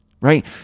right